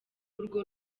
urwo